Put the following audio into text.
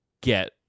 get